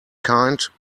kind